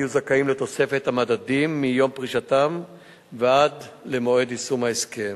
יהיו זכאים לתוספת המדדים מיום פרישתם ועד למועד יישום ההסכם.